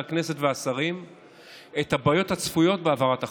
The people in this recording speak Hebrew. הכנסת והשרים את הבעיות הצפויות בהעברת החוק,